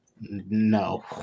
No